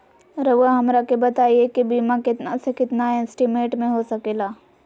रहुआ हमरा के बताइए के बीमा कितना से कितना एस्टीमेट में हो सके ला?